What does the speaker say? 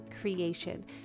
creation